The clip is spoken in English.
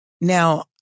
now